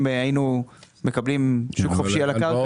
אם היינו מקבלים שוק חופשי על הקרקע